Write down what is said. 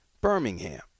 Birmingham